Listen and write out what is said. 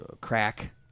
crack